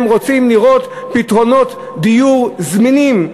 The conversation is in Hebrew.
הם רוצים לראות פתרונות דיור זמינים,